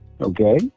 Okay